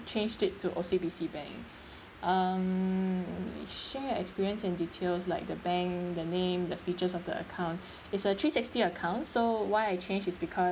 changed it to O_C_B_C bank um share experience and details like the bank the name the features of the account it's a three sixty account so why I change is because